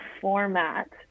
format